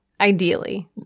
ideally